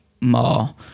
more